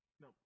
No